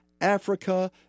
Africa